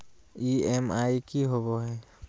EMI की होवे है?